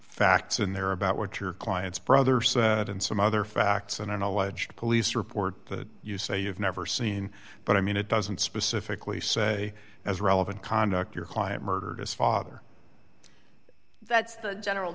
facts in there about what your client's brother said and some other facts and an alleged police report that you say you've never seen but i mean it doesn't specifically say as relevant conduct your client murdered his father that's the general